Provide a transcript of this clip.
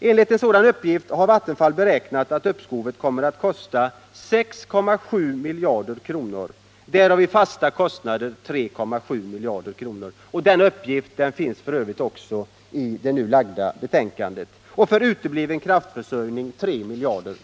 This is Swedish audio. Enligt en sådan uppgift har Vattenfall beräknat att uppskovet kommer att kosta 6,7 miljarder kronor, därav i fasta kostnader 3,7 miljarder — den uppgiften finns f.ö. också i föreliggande betänkande — och för utebliven kraftförsörjning 3 miljarder.